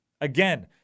Again